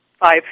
Five